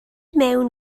mewn